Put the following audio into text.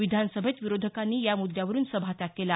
विधानसभेत विरोधकांनी या मुद्यावरून सभात्याग केला